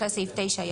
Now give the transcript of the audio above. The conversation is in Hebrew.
אחרי סעיף 9,